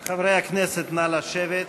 חברי הכנסת, נא לשבת.